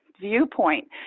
viewpoint